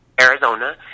Arizona